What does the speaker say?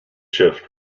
shift